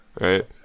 right